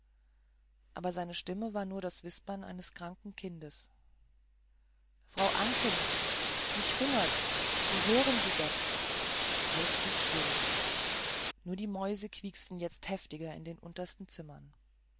aber seine stimme war nur wie das wispern eines kranken kindes frau anken mich hungert so hören sie doch alles blieb still nur die mäuse quieksten jetzt heftig in den unteren zimmern